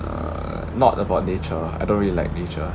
uh not about nature I don't really like nature